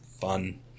fun